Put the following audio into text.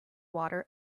water